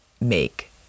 make